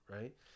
Right